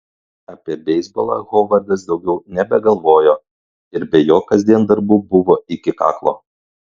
apie beisbolą hovardas daugiau nebegalvojo ir be jo kasdien darbų buvo iki kaklo